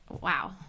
Wow